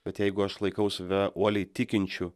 bet jeigu aš laikau save uoliai tikinčiu